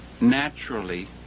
naturally